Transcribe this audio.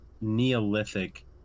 neolithic